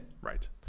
Right